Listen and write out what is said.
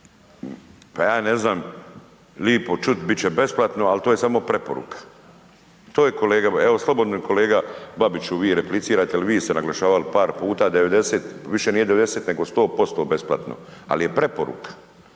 je, pa ne znam lipo čut bit će besplatno, al to je samo preporuka, to je kolega, evo slobodno kolega Babiću vi replicirajte jel vi ste naglašavali par puta 90, više nije 90 nego 100% besplatno, al je preporuka,